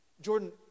Jordan